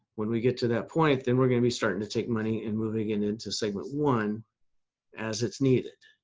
when we get to that point, then we're going to be starting to take money and moving and into segment one as it's needed.